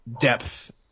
depth –